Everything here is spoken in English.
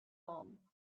long